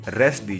rest